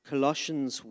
Colossians